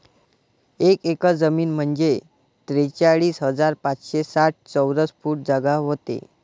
एक एकर जमीन म्हंजे त्रेचाळीस हजार पाचशे साठ चौरस फूट जागा व्हते